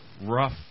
rough